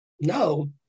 no